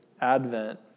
Advent